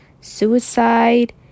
suicide